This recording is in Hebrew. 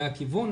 זה הכיוון,